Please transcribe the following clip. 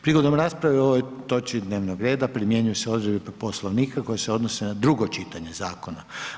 Prigodom rasprave o ovoj točki dnevnog reda primjenjuju se odredbe Poslovnika koje se odnose na drugo čitanje zakona.